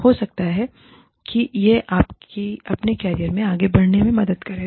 हो सकता है यह आपकी अपने कैरियर में आगे बढ़ने में मदद करें